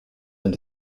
been